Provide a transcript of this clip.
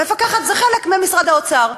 המפקחת היא חלק ממשרד האוצר,